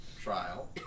trial